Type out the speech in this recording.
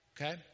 okay